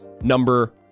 number